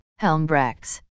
Helmbrechts